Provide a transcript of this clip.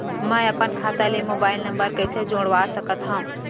मैं अपन खाता ले मोबाइल नम्बर कइसे जोड़वा सकत हव?